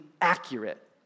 accurate